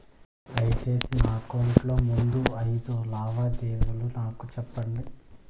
దయసేసి నా అకౌంట్ లో ముందు అయిదు లావాదేవీలు నాకు చూపండి